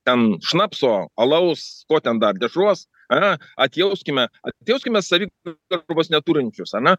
ten šnapso alaus ko ten dar dešros aa atjauskime atjauskime savigarbos neturinčius a ne